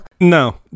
No